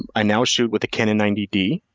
i now shoot with a canon ninety d,